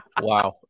Wow